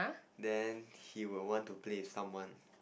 then he will want to play with someone